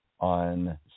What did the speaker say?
on